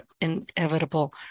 inevitable